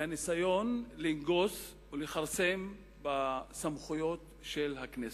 והניסיון לנגוס ולכרסם בסמכויות של הכנסת.